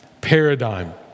paradigm